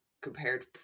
compared